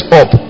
up